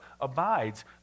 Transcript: abides